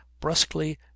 brusquely